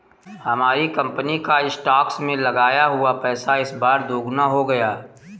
हमारी कंपनी का स्टॉक्स में लगाया हुआ पैसा इस बार दोगुना हो गया